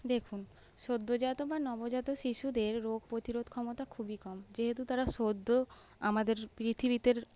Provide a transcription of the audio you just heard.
দেখুন সদ্যজাত বা নবজাত শিশুদের রোগ প্রতিরোধ ক্ষমতা খুবই কম যেহেতু তারা সদ্য আমাদের পৃথিবীতে